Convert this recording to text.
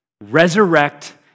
resurrect